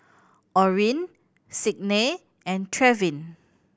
Orin Signe and Trevin